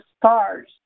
stars